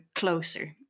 closer-